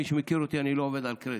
מי שמכיר אותי, אני לא עובד על קרדיט,